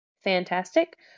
Fantastic